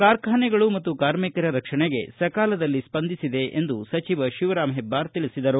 ಕಾರ್ಖಾನೆಗಳು ಮತ್ತು ಕಾರ್ಮಿಕರ ರಕ್ಷಣೆಗೆ ಸಕಾಲದಲ್ಲಿ ಸ್ವಂದಿಸಿದೆ ಎಂದು ಸಚಿವ ಶಿವರಾಂ ಹೆಬ್ಬಾರ ಹೇಳಿದರು